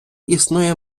існує